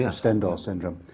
stendahl syndrome?